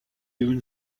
even